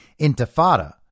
intifada